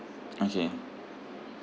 okay